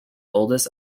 oldest